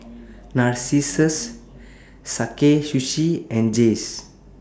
Narcissus Sakae Sushi and Jays